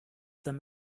them